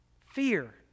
Fear